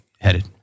headed